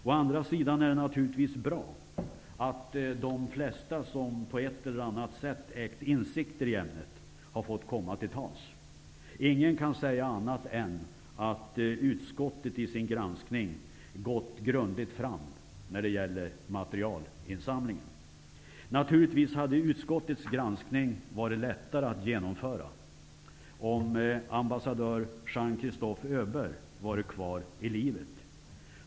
Å andra sidan är det naturligtvis bra att de flesta som på ett eller annat sätt ägt insikter i ämnet har fått komma till tals. Ingen kan säga annat än att utskottet i sin granskning har gått grundligt fram när det gäller materialinsamlingen. Naturligtvis hade utskottets granskning varit lättare att genomföra om ambassadör Jean-Christophe Öberg varit kvar i livet.